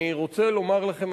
אני רוצה לומר לכם,